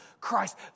Christ